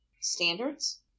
standards